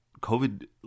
COVID